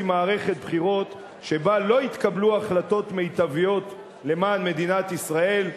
מערכת בחירות שבה לא יתקבלו החלטות מיטביות למען מדינת ישראל,